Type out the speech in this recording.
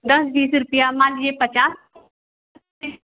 दस बीस रुपये मान लीजिए पचास